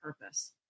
purpose